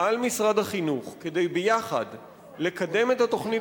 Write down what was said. על משרד החינוך כדי ביחד לקדם את התוכנית